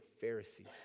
Pharisees